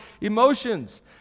emotions